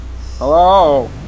hello